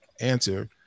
answer